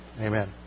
Amen